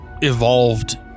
evolved